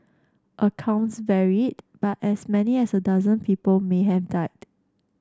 accounts varied but as many as a dozen people may have died